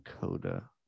Coda